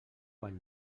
quan